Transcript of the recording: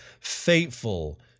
fateful